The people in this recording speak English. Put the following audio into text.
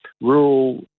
rural